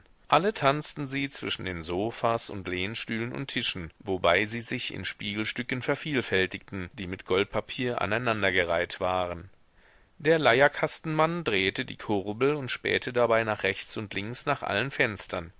alle tanzten sie zwischen den sofas und lehnstühlen und tischen wobei sie sich in spiegelstücken vervielfältigten die mit goldpapier aneinandergereiht waren der leierkastenmann drehte die kurbel und spähte dabei nach rechts und links nach allen fenstern